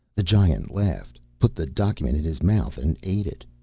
the giant laughed, put the document in his mouth and ate it.